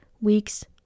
weeks